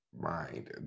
mind